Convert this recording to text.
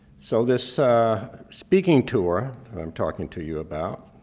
so this speaking tour that i'm talking to you about,